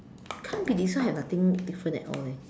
can't be this side have nothing different at all leh